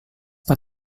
pak